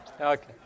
okay